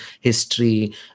history